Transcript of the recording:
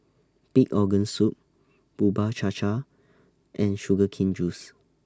Pig Organ Soup Bubur Cha Cha and Sugar Cane Juice